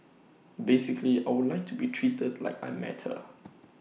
basically I would like to be treated like I matter